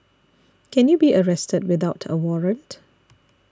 can you be arrested without a warrant